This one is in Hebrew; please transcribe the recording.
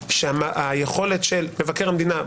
היכולת של מבקר המדינה,